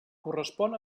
correspon